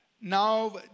Now